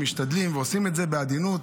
הם משתדלים ועושים את זה בעדינות.